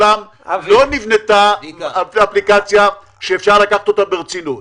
לא נבנתה אפליקציה שאפשר לקחת אותה ברצינות.